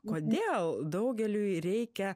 kodėl daugeliui reikia